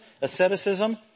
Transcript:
asceticism